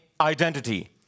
identity